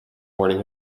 morning